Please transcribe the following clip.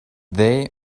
they